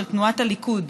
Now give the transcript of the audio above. של תנועת הליכוד,